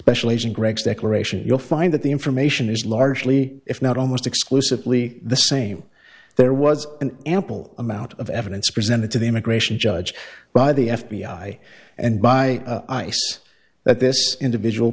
special agent greg declaration you'll find that the information is largely if not almost exclusively the same there was an ample amount of evidence presented to the immigration judge by the f b i and by ice that this individual